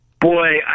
Boy